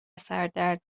سردرد